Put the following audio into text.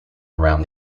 around